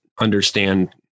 understand